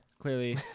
clearly